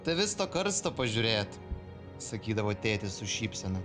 tai vis tą karstą pažiūrėt sakydavo tėtis su šypsena